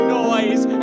noise